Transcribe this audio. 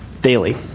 daily